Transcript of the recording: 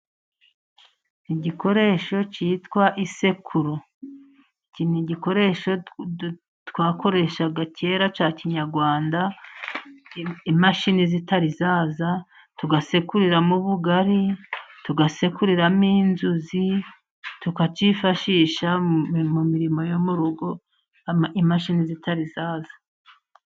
Igikoresho kitwa isekuru. Iki ni igikoresho twakoreshaga kera cya kinyarwanda， imashini zitari izaza，tugasekuriramo ubugari，tugasekuriramo inzuzi，tukakifashisha mu mirimo yo mu rugo，imashini zitari zaza.